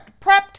Prepped